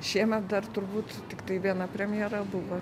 šiemet dar turbūt tiktai viena premjera buvo